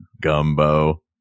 Gumbo